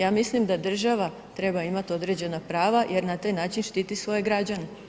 Ja mislim da država treba imati određena prava jer na taj način štiti svoje građane.